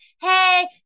Hey